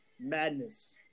madness